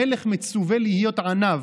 המלך מצווה להיות ענו,